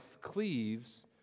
cleaves